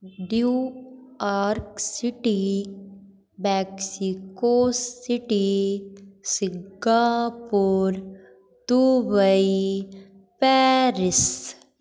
New York City Mexico city Singapore Dubai Paris